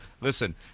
listen